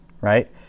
right